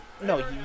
No